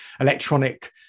electronic